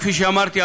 כפי שאמרתי,